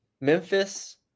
Memphis